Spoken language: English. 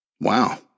Wow